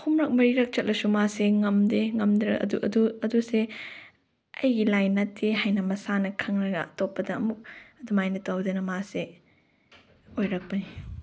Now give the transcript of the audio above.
ꯑꯍꯨꯝꯔꯛ ꯃꯔꯤꯔꯛ ꯆꯠꯂꯁꯨ ꯃꯥꯁꯦ ꯉꯝꯗꯦ ꯉꯝꯗ꯭ꯔ ꯑꯗꯨꯁꯦ ꯑꯩꯒꯤ ꯂꯥꯏꯟ ꯅꯠꯇꯦ ꯍꯥꯏꯅ ꯃꯁꯥꯅ ꯈꯪꯂꯒ ꯑꯇꯣꯞꯄꯗ ꯑꯃꯨꯛ ꯑꯗꯨꯃꯥꯏꯅ ꯇꯧꯗꯅ ꯃꯥꯁꯦ ꯑꯣꯏꯔꯛꯄꯅꯤ